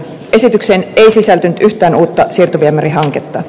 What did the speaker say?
esitykseen ei sisältynyt yhtään uutta siirtoviemärihanketta